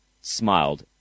smiled